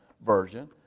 version